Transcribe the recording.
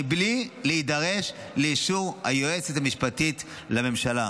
בלי להידרש לאישור היועצת המשפטית לממשלה.